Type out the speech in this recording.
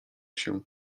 się